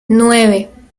nueve